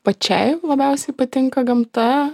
pačiai labiausiai patinka gamta